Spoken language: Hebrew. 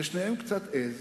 זה שניהם קצת עז,